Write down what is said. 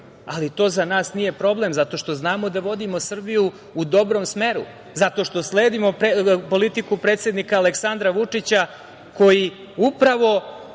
ali to za nas nije problem, zato što znamo da vodimo Srbiju u dobrom smeru, zato što sledimo politiku predsednika Aleksandra Vučića koji upravo